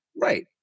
Right